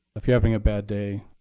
if you're having a bad day,